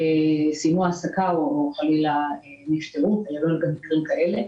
סיימו העסקה או חלילה נפטרו, והיו גם מקרים כאלה.